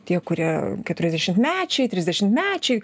tie kurie keturiasdešimtmečiai trisdešimtmečiai